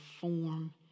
form